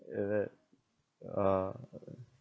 is it orh